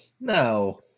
no